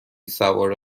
سوار